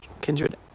kindred